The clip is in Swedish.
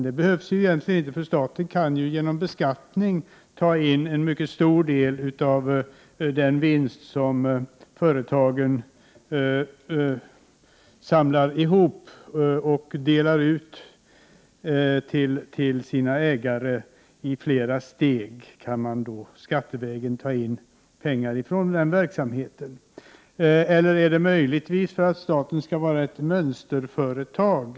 Det behövs ju egentligen inte, för staten kan genom beskattning ta in en mycket stor del av den vinst som företagen samlar ihop och delar ut till sina ägare. Man kan i 117 Prot. 1988/89:126 flera steg skattevägen ta in pengar på det sättet. Eller är skälet möjligtvis att staten skall gå före genom att visa upp mönsterföretag?